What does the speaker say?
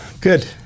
good